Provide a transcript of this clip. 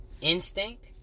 instinct